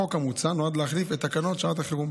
החוק המוצע נועד להחליף את תקנות שעת החירום.